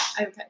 Okay